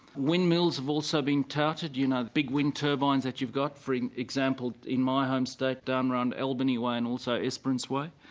windmills have also been touted, you know the big wind turbine that you've got for example in my home state down around albany way and also esperance way.